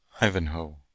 Ivanhoe